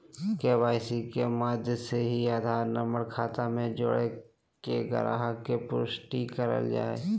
KYC के माध्यम से ही आधार नम्बर खाता से जोड़के गाहक़ के पुष्टि करल जा हय